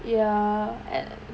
ya and